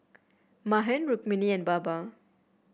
Mahan Rukmini and Baba